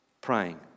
praying